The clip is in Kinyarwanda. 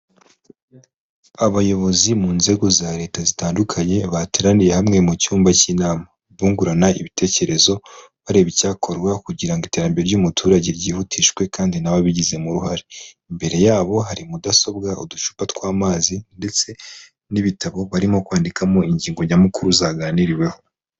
Abayobozi mu nzego za leta zitandukanye bateraniye hamwe mu cyumba cy'inama, bungurana ibitekerezo bareba icyakorwa kugira ngo iterambere ry'umuturage ryihutishwe kandi nawe ababigizemo uruhare, imbere yabo hari mudasobwa, uducupa tw'amazi ndetse n'ibitabo barimo kwandikamo ingingo nyamukuru zaganiriweho.